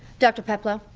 dr. peplau,